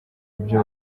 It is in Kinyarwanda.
ibyo